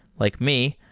like me,